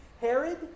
Herod